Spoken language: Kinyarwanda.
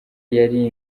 yari